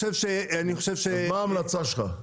אז מה ההמלצה שלך?